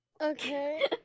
Okay